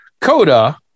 Coda